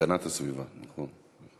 הגנת הסביבה, נכון.